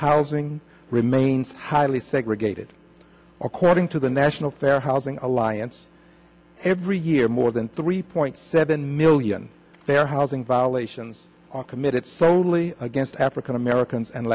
housing remains highly segregated according to the national fair housing alliance every year more than three point seven million their housing violations are committed solely against african americans and